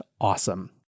awesome